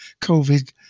COVID